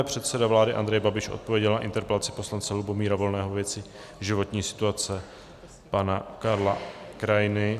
Předseda vlády Andrej Babiš odpověděl na interpelaci poslance Lubomíra Volného ve věci životní situace pana Karla Krainy.